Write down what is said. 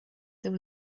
there